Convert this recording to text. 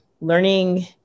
learning